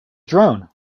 drone